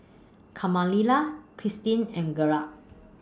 Kamilah Cristine and Gerda